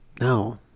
No